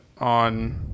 on